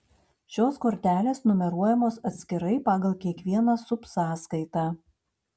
šios kortelės numeruojamos atskirai pagal kiekvieną subsąskaitą